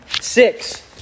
Six